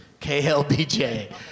KLBJ